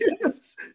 Yes